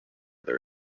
their